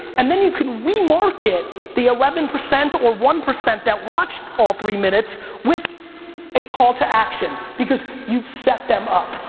and then you can remarket the eleven percent or one percent that watched all three minutes with a call to action, because you've set them up.